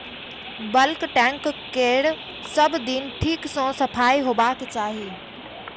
bulk tank केर सब दिन ठीक सं सफाइ होबाक चाही